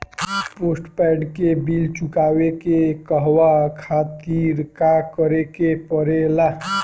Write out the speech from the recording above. Postpaid के bill चुकावे के कहवा खातिर का करे के पड़ें ला?